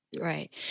Right